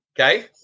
Okay